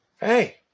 Hey